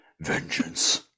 vengeance